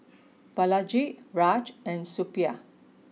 Balaji Raj and Suppiah